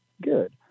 Good